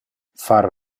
far